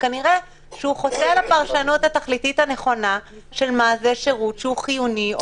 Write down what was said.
כנראה שהוא חוטא לפרשנות התכליתית הנכונה של מה זה שירות שהוא חיוני.